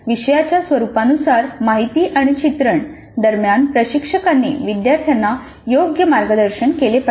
विषयाच्या स्वरुपानुसार माहिती आणि चित्रण दरम्यान प्रशिक्षकांनी विद्यार्थ्यांना योग्य मार्गदर्शन केले पाहिजे